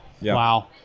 Wow